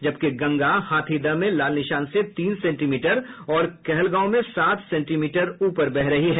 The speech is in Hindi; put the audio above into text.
जबकि गंगा हाथीदह में लाल निशान से तीन सेंटीमीटर और कहलगांव में सात सेंटीमीटर ऊपर बह रही है